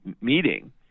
meeting